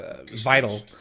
vital